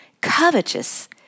covetous